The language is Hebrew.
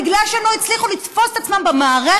בגלל שהם לא הצליחו לתפוס את עצמם במערכת